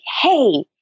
hey